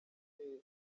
bakeneye